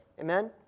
Amen